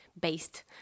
based